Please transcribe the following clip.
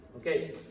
Okay